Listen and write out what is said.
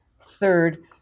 Third